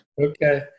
Okay